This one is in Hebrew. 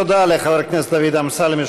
תודה לחבר הכנסת דוד אמסלם,